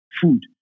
food